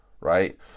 right